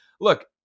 Look